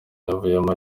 yavuyemo